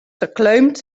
verkleumd